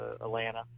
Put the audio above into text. Atlanta